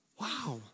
Wow